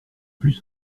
plus